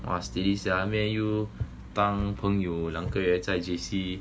!wah! steady sia me and you 当朋友也在 J_C